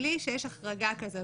מבלי שיש החרגה כזאת,